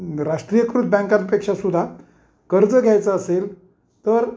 राष्ट्रीयकृत बँकां पेक्षा सुद्धा कर्ज घ्यायचं असेल तर